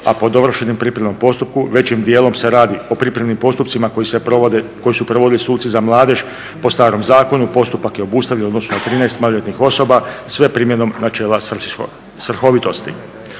a po dovršenom pripremnom postupku. Većim dijelom se radi o pripremnim postupcima koji se provode, koje su provodili suci za mladež po starom zakon, postupak je obustavljen u odnosu na 13 maloljetnih osoba sve primjenom načela svrhovitosti.